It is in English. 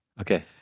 Okay